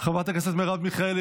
חברת הכנסת מרב מיכאלי,